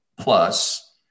plus